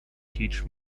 teach